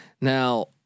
Now